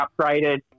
upgraded